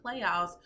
playoffs